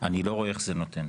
אני לא רואה איך זה נותן.